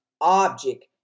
object